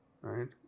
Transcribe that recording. right